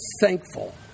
thankful